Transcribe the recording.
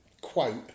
quote